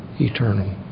eternal